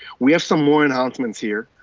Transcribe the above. we have some more announcements here,